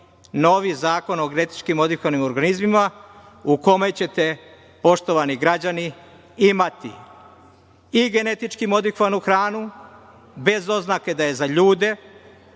novi zakon o genetički modifikovanim organizmima u kome ćete, poštovani građani, imati i genetički modifikovanu hranu, bez oznake da je za ljude,